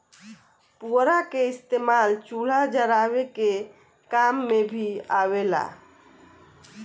पुअरा के इस्तेमाल चूल्हा जरावे के काम मे भी आवेला